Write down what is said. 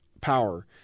power